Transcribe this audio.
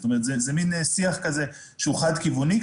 זה מין שיח כזה שהוא חד-כיווני,